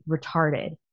retarded